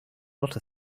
lot